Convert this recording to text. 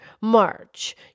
March